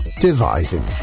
devising